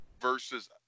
versus